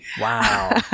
Wow